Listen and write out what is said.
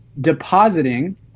Depositing